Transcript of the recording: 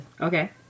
Okay